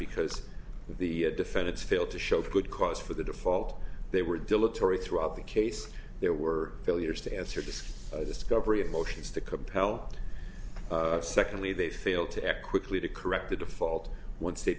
because the defendants failed to show good cause for the default they were dilatory throughout the case there were failures to answer disk discovery and motions to compel secondly they failed to act quickly to correct the default once they